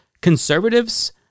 conservatives